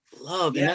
love